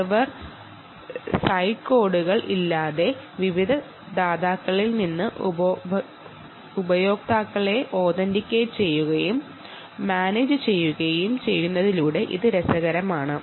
server side കോഡുകൾ ഇല്ലാതെ വിവിധ ദാതാക്കളിൽ നിന്ന് ഉപയോക്താക്കളെ ഓതൻഡിക്കേറ്റ് ചെയ്യുകയും മാനേജുചെയ്യുകയും ചെയ്യുന്നതിലൂടെ ഇത് രസകരമാക്കാം